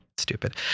stupid